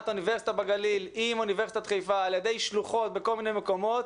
אוניברסיטה בגליל על ידי שלוחות של אוניברסיטת חיפה בכל מיני מקומות,